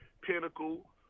Pinnacle